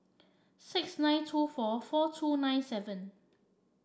six nine two four four two nine seven